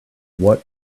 what